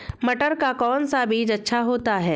मटर का कौन सा बीज अच्छा होता हैं?